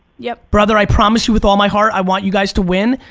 yeah brother, i promise you with all my heart, i want you guys to win,